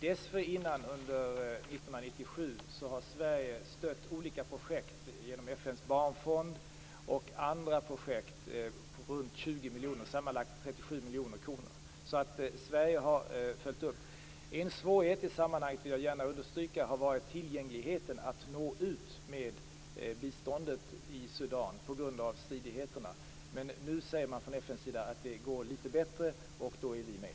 Dessförinnan, under 1997, har Sverige stött olika projekt genom FN:s barnfond och andra projekt på runt 20 miljoner kronor. Sammanlagt är det Jag vill gärna understryka att en svårighet i sammanhanget har varit tillgängligheten, dvs. att nå ut med biståndet i Sudan på grund av stridigheterna. Men nu säger FN att det går litet bättre, och då är vi med.